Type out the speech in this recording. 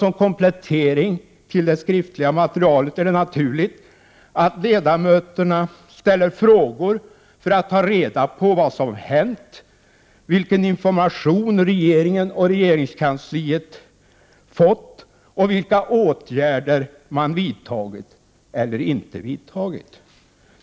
Som komplettering till det skriftliga materialet är det naturligt att ledamöterna ställer frågor för att ta reda på vad som har hänt, vilken information regeringen och regeringskansliet fått och vilka åtgärder man vidtagit eller inte vidtagit.